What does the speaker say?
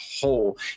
whole